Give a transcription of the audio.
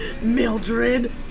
Mildred